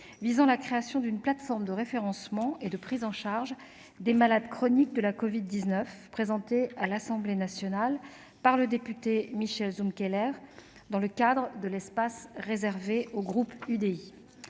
visant à la création d'une plateforme de référencement et de prise en charge des malades chroniques de la covid-19, présentée à l'Assemblée nationale par le député Michel Zumkeller dans le cadre de l'espace réservé au groupe de